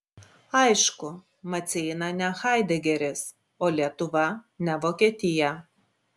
aišku maceina ne haidegeris o lietuva ne vokietija